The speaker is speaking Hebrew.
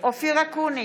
אופיר אקוניס,